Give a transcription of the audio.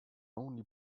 only